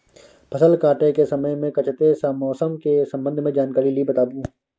फसल काटय के समय मे कत्ते सॅ मौसम के संबंध मे जानकारी ली बताबू?